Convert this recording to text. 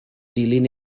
dilyn